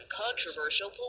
controversial